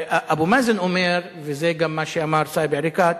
אבו מאזן אומר, וזה גם מה שאמר סאיב עריקאת,